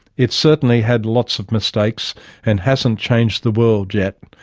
it certainly had lots of mistakes and hasn't changed the world, yet,